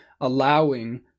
allowing